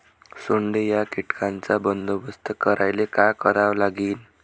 सोंडे या कीटकांचा बंदोबस्त करायले का करावं लागीन?